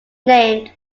named